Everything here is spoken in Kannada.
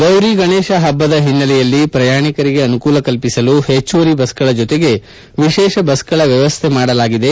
ಗೌರಿ ಗಣೇಶ ಹಬ್ಬದ ಹಿನ್ನೆಲೆಯಲ್ಲಿ ಪ್ರಯಾಣಿಕರಿಗೆ ಅನುಕೂಲ ಕಲ್ಲಿಸಲು ಹೆಚ್ಚುವರಿ ಬಸ್ ಗಳ ಜೊತೆಗೆ ವಿಶೇಷ ಬಸ್ ಗಳ ವ್ವವಸ್ಥೆ ಮಾಡಲಾಗಿದೆ